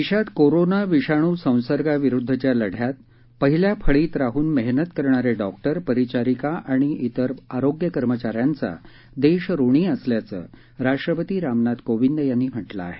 देशात कोरोना विषाणू संसर्गाविरुद्धच्या लढ्यात पहिल्या फळीत राहून मेहनत करणारे डॉक्टर परिचारिका आणि विर आरोग्य कर्मचाऱ्यांचा देश ऋणी असल्याचं राष्ट्रपती रामनाथ कोविंद यांनी म्हटलं आहे